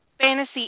fantasy